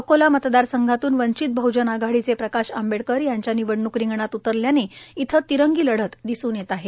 अकोला मतदारसंघातून वंचित बह्जन आघाडीचे प्रकाश आंबडेकर यांच्या निवडणूक रिंगणात उतरल्याने इथं तिरंगी लढत दिसून येत आहे